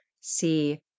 see